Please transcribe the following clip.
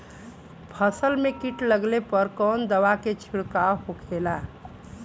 फसल में कीट लगने पर कौन दवा के छिड़काव होखेला?